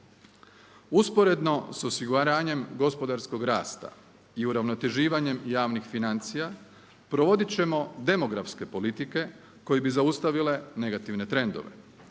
Usporedno s osiguranjem gospodarskog rasta i uravnoteživanjem javnih financija provodit ćemo demografske politike koje bi zaustavile negativne trendove.